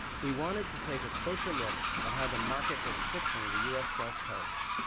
we wanted to take a closer look at how the market was fixing the u s. gulf coast.